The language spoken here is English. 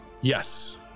Yes